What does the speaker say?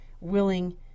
willing